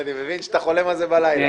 אני מבין שאתה חולם על זה בלילה.